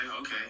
okay